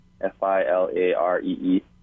F-I-L-A-R-E-E